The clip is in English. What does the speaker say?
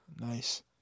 Nice